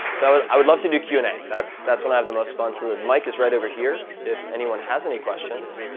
so i would love to do q and a. that's that's when i have the most fun. so the mic is right over here. if anyone has any questions,